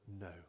no